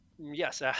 Yes